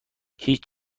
هیچ